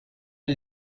est